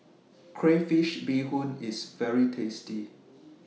Crayfish Beehoon IS very tasty